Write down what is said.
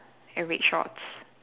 and red shorts